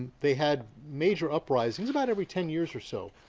they had major uprisings, about every ten years or so.